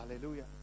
Hallelujah